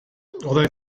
although